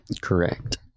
Correct